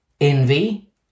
envy